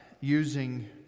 using